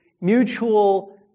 mutual